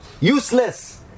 Useless